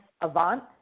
Avant